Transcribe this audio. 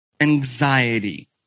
anxiety